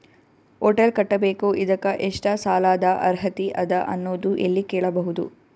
Hotel ಕಟ್ಟಬೇಕು ಇದಕ್ಕ ಎಷ್ಟ ಸಾಲಾದ ಅರ್ಹತಿ ಅದ ಅನ್ನೋದು ಎಲ್ಲಿ ಕೇಳಬಹುದು?